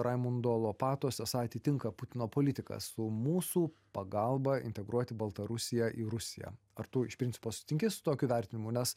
raimundo lopatos esą atitinka putino politiką su mūsų pagalba integruoti baltarusiją į rusiją ar tu iš principo sutinki su tokiu vertinimu nes